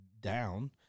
down